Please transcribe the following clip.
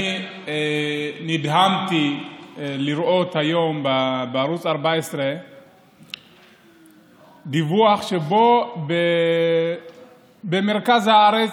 אני נדהמתי לראות היום בערוץ 14 דיווח שבו במרכז הארץ,